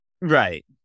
right